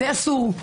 זה אסור.